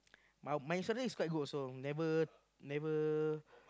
my my salary is quite good also never never